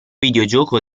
videogioco